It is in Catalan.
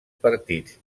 partits